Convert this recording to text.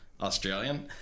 Australian